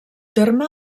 terme